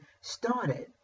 started